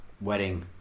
wedding